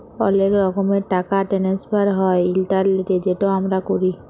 অলেক রকমের টাকা টেনেসফার হ্যয় ইলটারলেটে যেট আমরা ক্যরি